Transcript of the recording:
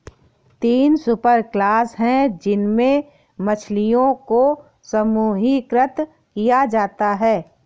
तीन सुपरक्लास है जिनमें मछलियों को समूहीकृत किया जाता है